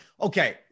okay